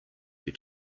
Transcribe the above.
your